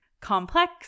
complex